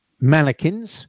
mannequins